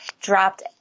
dropped